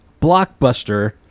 blockbuster